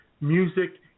Music